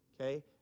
okay